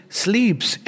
sleeps